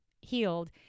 healed